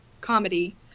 comedy